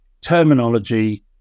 terminology